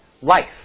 life